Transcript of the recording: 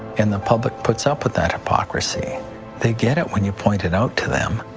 and the public puts up with that hypocrisy they get it when you point it out to them,